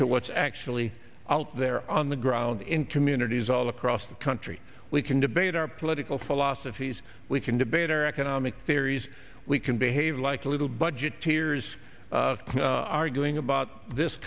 to what's actually out there on the ground in communities all across the country we can debate our political philosophies we can debate our economic theories we can behave like a little budget tears arguing about this